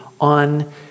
on